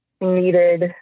needed